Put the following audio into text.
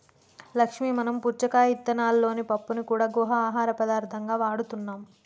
లక్ష్మీ మనం పుచ్చకాయ ఇత్తనాలలోని పప్పుని గూడా ఆహార పదార్థంగా వాడుతున్నాం